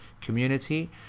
community